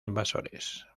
invasores